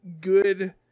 good